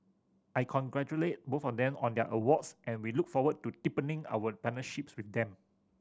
I congratulate both of them on their awards and we look forward to deepening our partnerships with them